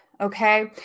Okay